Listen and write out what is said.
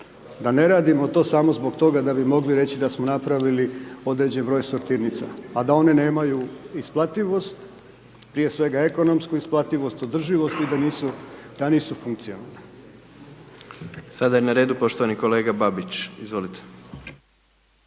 da ne radimo to samo zbog toga da bi mogli reći da smo napravili određeni broj sortirnica a da one nemaju isplativost, prije svega ekonomsku isplativost, održivost i da nisu funkcionalne. **Jandroković, Gordan (HDZ)** Sada je na redu poštovani kolega Babić. Izvolite.